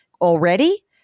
already